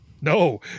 No